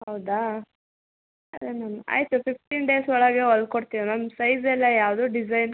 ಹೌದಾ ಅದೆ ಮ್ಯಾಮ್ ಆಯಿತು ಫಿಫ್ಟೀನ್ ಡೇಸ್ ಒಳಗೆ ಹೊಲ್ಕೊಡ್ತೀನಿ ಮ್ಯಾಮ್ ಸೈಜ್ ಎಲ್ಲ ಯಾವುದು ಡಿಸೈನ್